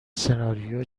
سناریو